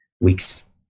weeks